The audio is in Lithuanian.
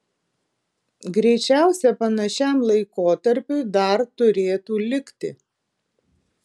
greičiausia panašiam laikotarpiui dar turėtų likti